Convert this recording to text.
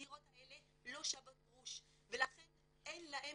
הדירות האלה לא שוות גרוש ולכן אין להם